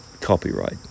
copyright